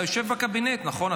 אתה יושב בקבינט, נכון?